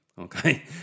Okay